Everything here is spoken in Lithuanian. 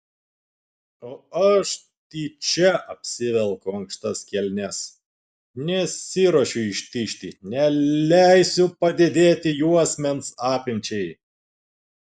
o aš tyčia apsivelku ankštas kelnes nesiruošiu ištižti neleisiu padidėti juosmens apimčiai